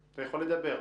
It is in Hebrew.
אתה יכול לדבר.